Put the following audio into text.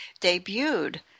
debuted